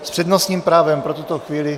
S přednostním právem pro tuto chvíli...